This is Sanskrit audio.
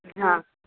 हा